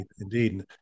indeed